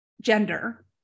gender